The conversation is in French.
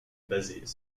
basées